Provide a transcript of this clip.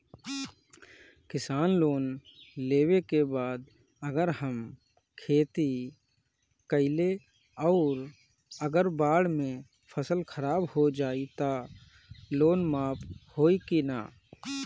किसान लोन लेबे के बाद अगर हम खेती कैलि अउर अगर बाढ़ मे फसल खराब हो जाई त लोन माफ होई कि न?